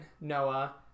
Noah